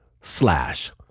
slash